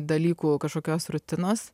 dalykų kažkokios rutinos